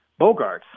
Bogarts